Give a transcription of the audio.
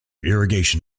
irrigation